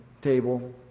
table